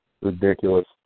Ridiculous